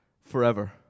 forever